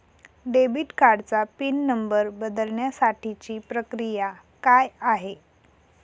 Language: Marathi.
डेबिट कार्डचा पिन नंबर बदलण्यासाठीची प्रक्रिया काय आहे?